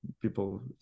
people